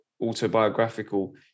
autobiographical